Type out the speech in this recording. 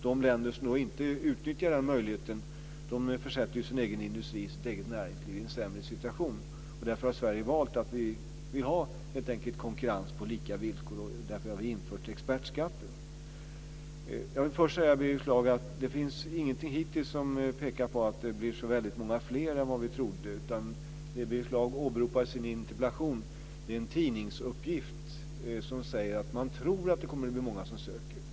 De länder som inte utnyttjar den möjligheten försätter sin egen industri och sitt eget näringsliv i en sämre situation. Därför har vi i Sverige valt att ha konkurrens på lika villkor, och därför har vi infört expertskatten. Det finns inget hittills, Birger Schlaug, som pekar på att det blir så många fler än vad vi trodde. Birger Schlaug åberopar i sin interpellation en tidningsuppgift som säger att man tror att det kommer att bli många som söker.